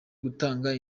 gutanga